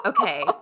Okay